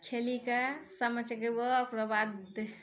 खेलिकऽ सामा चकेबा ओकराबाद